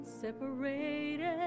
separated